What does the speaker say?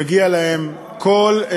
מגיע להם כל,